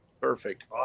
Perfect